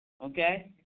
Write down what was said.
Okay